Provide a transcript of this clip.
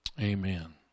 Amen